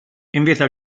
invita